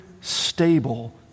stable